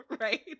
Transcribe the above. right